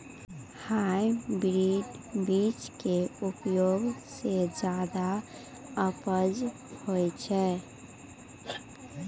hybrid बीज के उपयोग सॅ ज्यादा उपज होय छै